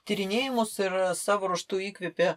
tyrinėjimus ir savo ruožtu įkvėpė